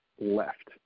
Left